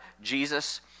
Jesus